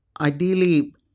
ideally